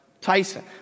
Tyson